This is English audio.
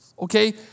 Okay